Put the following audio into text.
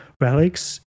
relics